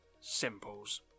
Simple's